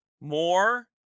more